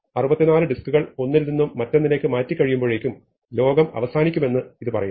64 ഡിസ്കുകൾ ഒന്നിൽ നിന്നും മറ്റൊന്നിലേക്ക് മാറ്റിക്കഴിയുമ്പോഴേക്കും ലോകം അവസാനിക്കുമെന്ന് ഇത് പറയുന്നു